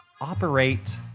operate